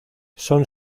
son